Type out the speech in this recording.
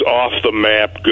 off-the-map